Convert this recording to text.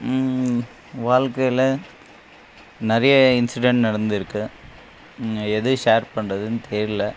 வாழ்க்கையில் நிறையா இன்சிடென்ட் நடந்துருக்குது எதை ஷேர் பண்ணுறதுன்னு தெரில